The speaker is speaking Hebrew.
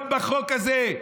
גם בחוק הזה,